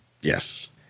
Yes